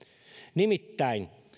nimittäin